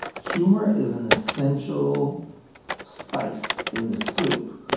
humor is an essential spice in the soup,